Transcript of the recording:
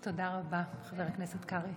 תודה רבה, חבר הכנסת קרעי.